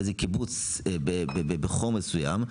באיזה קיבוץ ב"חור" מסוים,